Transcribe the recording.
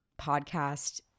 podcast